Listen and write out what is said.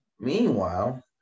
Meanwhile